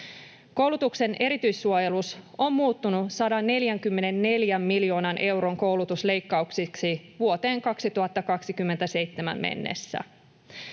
Koulutuksen erityissuojelus on muuttunut 144 miljoonan euron koulutusleikkauksiksi vuoteen 2027 mennessä.